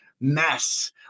mess